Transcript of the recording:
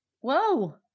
Whoa